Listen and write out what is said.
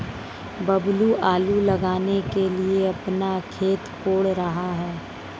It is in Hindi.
बबलू आलू लगाने के लिए अपना खेत कोड़ रहा है